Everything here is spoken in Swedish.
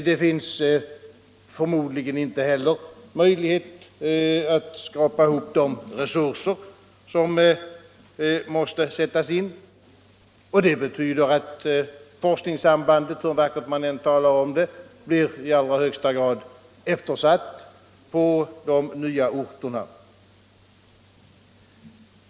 Det finns förmodligen inte heller möjlighet att skrapa ihop de resurser som måste sättas in, och det betyder att forskningssambandet, hur vackert man än talar om det, blir i högsta grad eftersatt på de nya orterna.